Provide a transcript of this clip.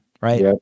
right